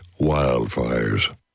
wildfires